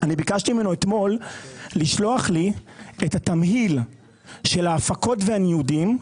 אני ביקשתי ממנו אתמול לשלוח לי את התמהיל של ההפקות והניודים,